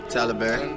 Taliban